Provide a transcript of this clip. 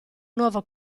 nuova